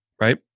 Right